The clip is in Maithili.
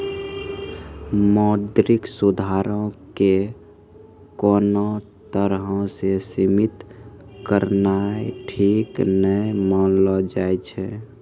मौद्रिक सुधारो के कोनो तरहो से सीमित करनाय ठीक नै मानलो जाय छै